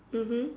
mmhmm